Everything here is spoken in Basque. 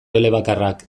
elebakarrak